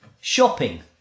shopping